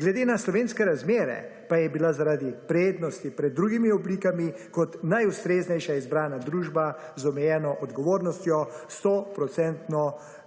glede na slovenske razmere pa je bila zaradi prednosti pred drugimi oblikami kot najustreznejša izbrana družba z omejeno odgovornostjo s